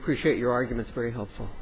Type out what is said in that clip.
appreciate your arguments very hopeful